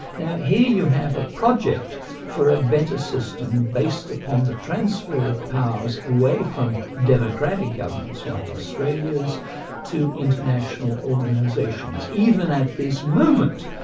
now here you have a project for a better system, based upon the transfer of powers away from democratic governments like australia's to international organistions. even at this moment,